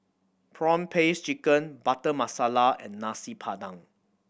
prawn paste chicken Butter Masala and Nasi Padang